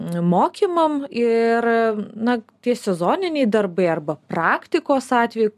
mokymam ir na tie sezoniniai darbai arba praktikos atveju